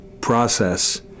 process